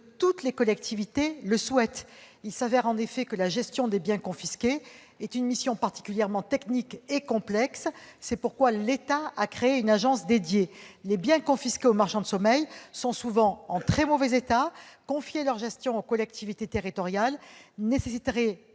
toutes les collectivités locales le souhaitent. Il se trouve en effet que la gestion des biens confisqués constitue une mission particulièrement technique et complexe. C'est pourquoi l'État a créé une agence dédiée. Les biens confisqués aux marchands de sommeil sont souvent en très mauvais état. Confier leur gestion aux collectivités territoriales nécessiterait